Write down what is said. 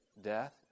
death